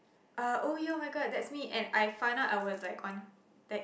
uh oh ya [oh]-my-god that's me and I found out I was like on that